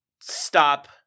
stop